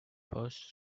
first